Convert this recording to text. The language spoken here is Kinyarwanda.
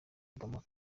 obama